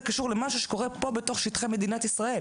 זה קשור למשהו שקורה פה בתוך שטחי מדינת ישראל